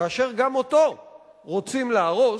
כאשר גם אותו רוצים להרוס,